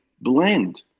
blend